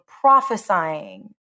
prophesying